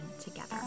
together